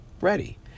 ready